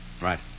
Right